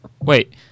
Wait